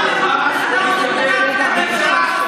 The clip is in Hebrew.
למה לחבר הכנסת האוזר אתה נותן יותר זמן?